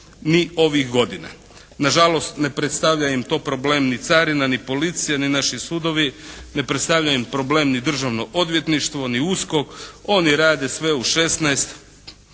ni ovih godina. Na žalost ne predstavlja im to problem ni carina, ni policija, ni naši sudovi, ne predstavlja im problem ni Državno odvjetništvo, ni USKOK. Oni rade sve u